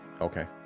Okay